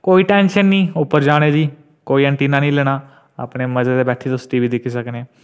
कोई टेंशन नेई उप्पर जाने दी कोई एंटिना नीं हिल्लना मजे दे बैठे दे टी वी दिक्खी सकने